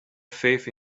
faith